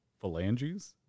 Phalanges